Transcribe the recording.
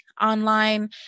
online